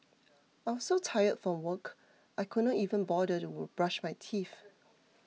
I was so tired from work I could not even bother to brush my teeth